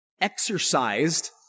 exercised